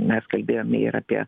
mes kalbėjome ir apie